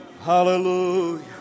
Hallelujah